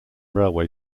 railway